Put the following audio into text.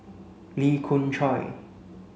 Lee Khoon Choy